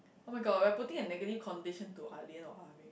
[oh]-my-god we are putting a negative condition to ah lian or ah beng